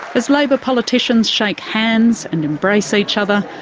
as labor politicians shake hands and embrace each other,